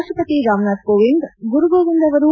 ರಾಷ್ವಪತಿ ರಾಮನಾಥ್ಕೋವಿಂದ್ ಗುರುಗೋವಿಂದ್ ಅವರು